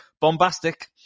bombastic